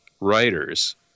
writers